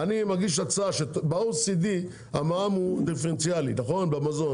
ב-OECD המע"מ דיפרנציאלי במזון,